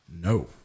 No